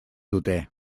dute